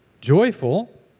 joyful